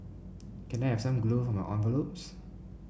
can I have some glue for my envelopes